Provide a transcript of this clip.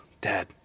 Dad